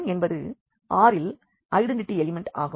R இல் identity element ஆகும்